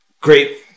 great